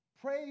Pray